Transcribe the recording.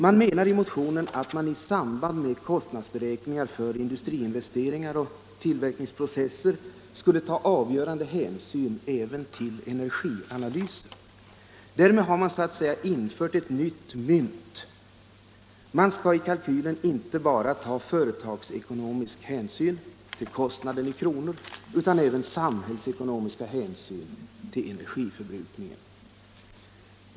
Man menar i motionen att det i samband med kostnadsberäkningar för industriinvesteringar och tillverkningsprocesser skulle tas avgörande hänsyn även till energianalyser. Därmed har man så att säga infört ett nytt mynt. Man skall i kalkylen ta inte bara företagsekonomisk hänsyn till kostnaden i kronor utan även samhällsekonomiska hänsyn till energiförbrukningen.